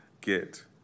get